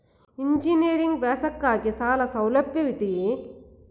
Engineering ವ್ಯಾಸಂಗಕ್ಕಾಗಿ ಸಾಲ ಸೌಲಭ್ಯವಿದೆಯೇ?